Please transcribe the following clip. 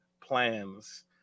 plans